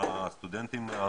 הסטודנטים ההנדסאים,